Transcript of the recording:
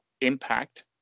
Impact